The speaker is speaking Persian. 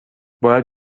باید